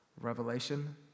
Revelation